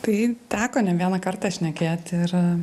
tai teko ne vieną kartą šnekėti ir